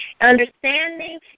Understanding